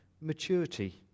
maturity